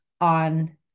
on